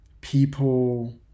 people